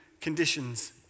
conditions